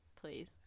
please